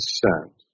sent